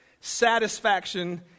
satisfaction